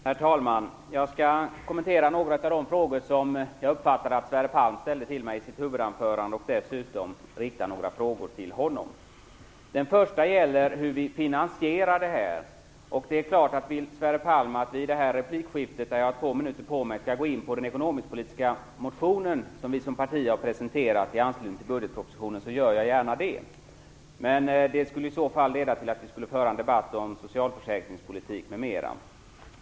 Herr talman! Jag skall kommentera några av de frågor som jag uppfattade att Sverre Palm ställde till mig i sitt anförande och dessutom rikta några frågor till honom. Det första gäller hur vi finansierar det här. Om Sverre Palm vill att jag i denna replik, där jag har två minuter på mig, skall gå in på den ekonomiskpolitiska motion som vi som parti har presenterat i anslutning till budgetpropositionen gör jag gärna det. Men det skulle leda till att vi för en debatt om socialförsäkringspolitik m.m.